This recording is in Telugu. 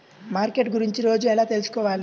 మార్కెట్ గురించి రోజు ఎలా తెలుసుకోవాలి?